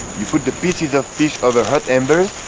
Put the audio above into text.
you put the pieces of fish over hot amber,